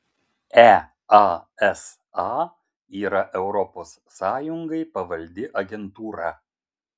easa yra europos sąjungai pavaldi agentūra